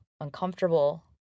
uncomfortable